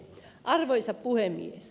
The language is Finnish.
arvoisa puhemies